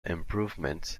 improvements